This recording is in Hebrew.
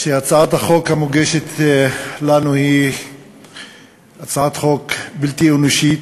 שהצעת החוק המוגשת לנו היא הצעת חוק בלתי אנושית,